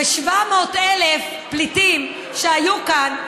700,000 פליטים שהיו כאן,